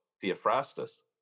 Theophrastus